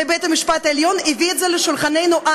ובית-המשפט העליון הביא את זה לשולחננו-שלנו,